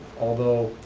although,